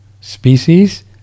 species